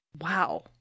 Wow